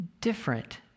different